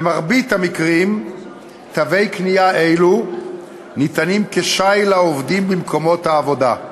במרבית המקרים תווי קנייה אלו ניתנים כשי לעובדים במקומות העבודה.